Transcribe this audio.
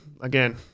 Again